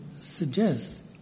suggests